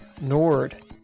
nord